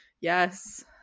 yes